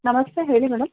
ನಮಸ್ತೆ ಹೇಳಿ ಮೇಡಮ್